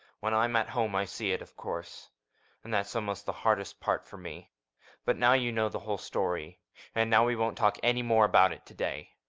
when i'm at home, i see it, of course and that's almost the hardest part for me but now you know the whole story and now we won't talk any more about it to-day.